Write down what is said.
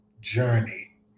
journey